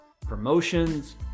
promotions